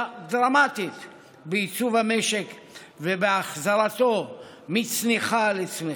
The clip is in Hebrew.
דרמטית בייצוב המשק ובהחזרתו מצניחה לצמיחה.